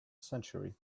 century